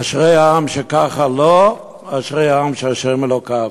אשרי העם שככה לו, אשרי העם שה' אלוקיו.